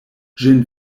ĝin